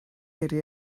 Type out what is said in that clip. gyrru